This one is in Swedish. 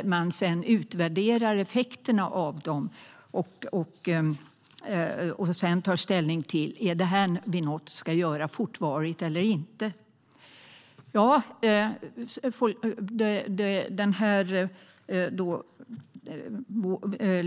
som man kan utvärdera effekterna av och sedan ta ställning till om det ska fortvara eller inte.